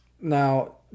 Now